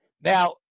Now